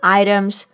items